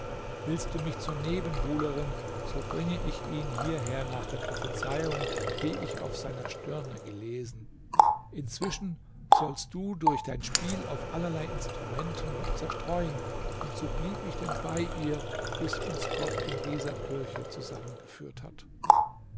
willst du mich zur nebenbuhlerin so bringe ich ihn hierher nach der prophezeiung die ich auf seiner stirne gelesen inzwischen sollst du durch dein spiel auf allerlei instrumenten noch zerstreuen und so blieb ich denn bei ihr bis uns gott in dieser kirche zusammengeführt hat